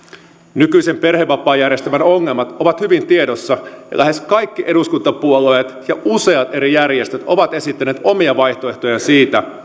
nykyisen perhevapaajärjestelmän ongelmat ovat hyvin tiedossa ja lähes kaikki eduskuntapuolueet ja useat eri järjestöt ovat esittäneet omia vaihtoehtojaan siitä